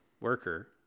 worker